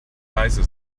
leise